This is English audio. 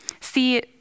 See